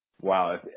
Wow